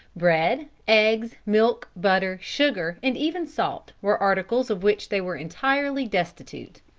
bread, eggs, milk, butter, sugar, and even salt, were articles of which they were entirely destitute.